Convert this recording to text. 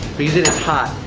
because it is hot,